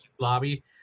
lobby